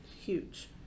huge